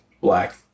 black